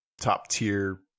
top-tier